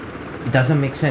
it doesn't make sense